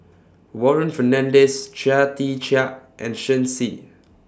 Warren Fernandez Chia Tee Chiak and Shen Xi